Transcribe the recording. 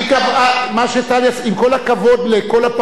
עם כל הכבוד לכל הפרשנויות,